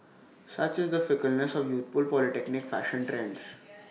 such is the fickleness of youthful polytechnic fashion trends